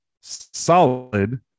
solid